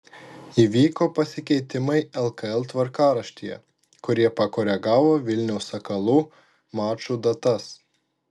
įvyko pasikeitimai lkl tvarkaraštyje kurie pakoregavo vilniaus sakalų mačų datas